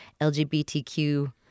LGBTQ